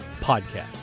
Podcast